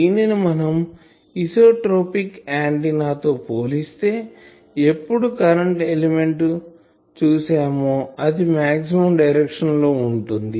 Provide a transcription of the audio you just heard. దీనిని మనం isotropic antenna తో పోలిస్తే ఎప్పుడు కరెంటు ఎలిమెంట్ చూసామో అది మాక్సిమం డైరెక్షన్ లో ఉంటుంది